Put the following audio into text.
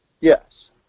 Yes